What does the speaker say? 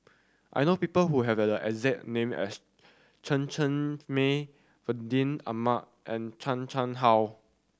I know people who have the exact name as Chen Cheng Mei Fandi Ahmad and Chan Chang How